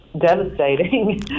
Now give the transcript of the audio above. devastating